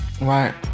Right